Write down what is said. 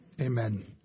Amen